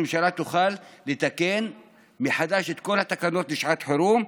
הממשלה תוכל לתקן מחדש את כל התקנות לשעת חירום,